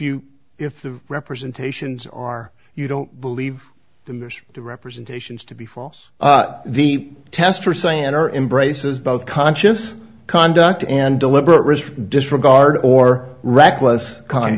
you if the representations are you don't believe them there's to representations to be false the test for saying or in braces both conscious conduct and deliberate risk disregard or reckless kind